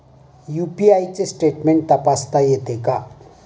UPI चे statement तपासता येते का?